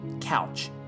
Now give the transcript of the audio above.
Couch